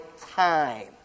time